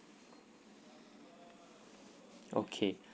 okay